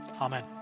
amen